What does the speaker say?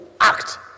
act